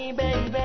baby